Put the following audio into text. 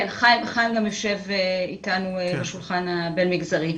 חיים גם יושב איתנו בשולחן הבין-מגזרי.